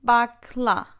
Bakla